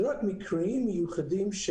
זה רק מקרים מיוחדים.